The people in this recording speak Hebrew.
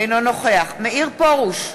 אינו נוכח מאיר פרוש,